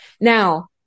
now